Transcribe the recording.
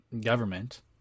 government